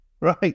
Right